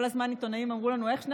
כל הזמן עיתונאים אמרו לנו: איך שני